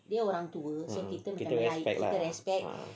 (uh huh) kita respect lah